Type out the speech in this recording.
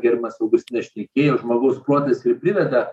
pirmas augustinas šnekėjo žmogaus protas ir priveda